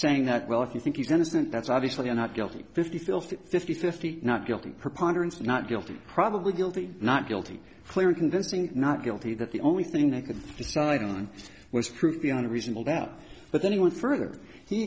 saying that well if you think he's innocent that's obviously not guilty fifty filthy fifty fifty not guilty preponderance not guilty probably guilty not guilty clear and convincing not guilty that the only thing they could decide on was proved beyond a reasonable doubt but then he went further he